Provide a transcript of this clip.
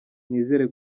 nizere